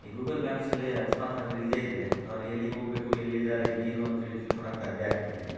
ಈ ಗೂಗಲ್ ಮ್ಯಾಪ್ಸಲ್ಲಿ ಅಕಸ್ಮಾತ್ ಏನಾದರು ಇಲ್ಲದೇ ಇದ್ದರೆ ಅವರು ಎಲ್ಲಿಗೆ ಹೋಗ್ಬೇಕು ಎಲ್ಲಿದ್ದಾರೆ ಏನು ಅಂತ್ಹೇಳಿ ತಿಳ್ಕೊಳೋಕ್ ಸಾಧ್ಯ ಆಗ್ತಿರಲಿಲ್ಲ